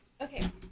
Okay